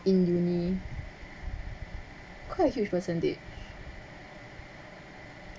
in uni quite a huge percentage